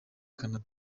canada